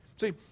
See